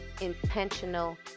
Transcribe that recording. intentional